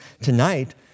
tonight